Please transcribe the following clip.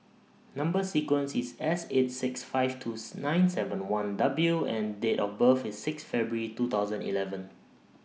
Number sequence IS S eight six five twos nine seven one W and Date of birth IS six February two thousand eleven